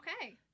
okay